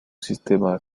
sistema